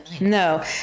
No